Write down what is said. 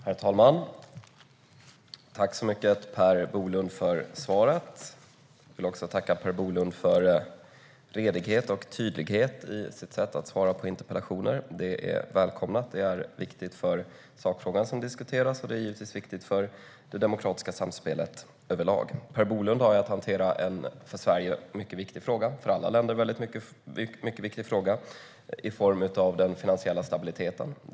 Herr talman! Tack så mycket, Per Bolund, för svaret! Jag vill också tacka Per Bolund för redighet och tydlighet i hans sätt att svara på interpellationer. Det är välkommet och viktigt för sakfrågan som diskuteras, och det är givetvis viktigt för det demokratiska samspelet överlag. Per Bolund har att hantera en för Sverige mycket viktig fråga - det är en mycket viktig fråga för alla länder - i form av den finansiella stabiliteten.